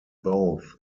both